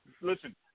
listen